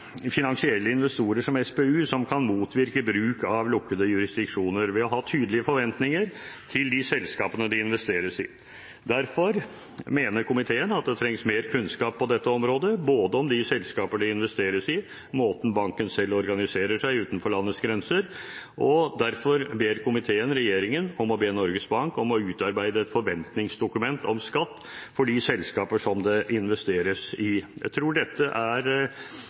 finansielle investorer som SPU som kan motvirke bruk av lukkede jurisdiksjoner, ved å ha tydelige forventninger til de selskapene det investeres i. Derfor mener komiteen at det trengs mer kunnskap på dette området, både om de selskaper det investeres i, og måten banken selv organiserer seg på utenfor landets grenser. Derfor innstiller komiteen på at regjeringen ber Norges Bank om å utarbeide et forventningsdokument om skatt for de selskaper som det investeres i. Jeg tror dette er